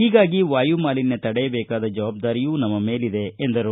ಹೀಗಾಗಿ ವಾಯುಮಾಲಿನ್ಯವನ್ನು ತಡೆಯಬೇಕಾದ ಜವಾಬ್ದಾರಿಯೂ ನಮ್ನ ಮೇಲಿದೆ ಎಂದರು